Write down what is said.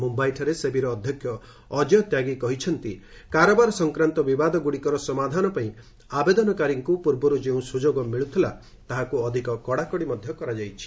ମୁମ୍ଭାଇଠାରେ ସେବିର ଅଧ୍ୟକ୍ଷ ଅଜୟ ତ୍ୟାଗୀ କହିଛନ୍ତି କାରବାର ସଫକ୍ରାନ୍ତ ବିବାଦଗୁଡ଼ିକର ସମାଧାନ ପାଇଁ ଆବେଦନକାରୀଙ୍କୁ ପୂର୍ବରୁ ଯେଉଁ ସୁଯୋଗ ମିଳୁଥିଲା ତାହାକୁ ଅଧିକ କଡ଼ାକଡ଼ି କରାଯାଇଛି